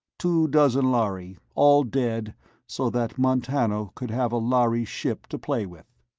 two dozen lhari, all dead so that montano could have a lhari ship to play with.